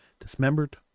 dismembered